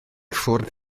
ffwrdd